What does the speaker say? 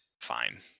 fine